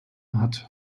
hat